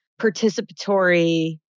participatory